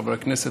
חברי הכנסת,